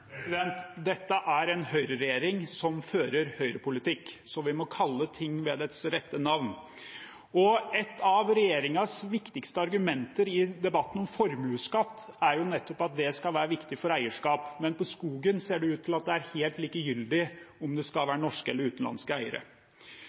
Dette er en Høyre-regjering som fører Høyre-politikk, så vi må kalle ting ved deres rette navn. Et av regjeringens viktigste argumenter i debatten om formuesskatt er jo nettopp at det skal være viktig for eierskap, men for skogen ser det ut til at det er helt likegyldig om det skal